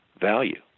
value